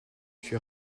fut